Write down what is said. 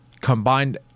combined